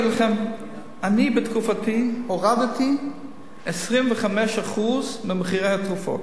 אני רוצה להגיד לכם שאני בתקופתי הורדתי 25% ממחירי התרופות.